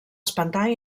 espantar